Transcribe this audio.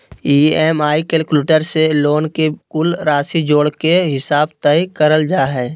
EMI calculator से loan के कुल राशि जोड़ के हिसाब तय करल जा हय